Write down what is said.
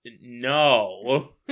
no